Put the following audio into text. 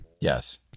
Yes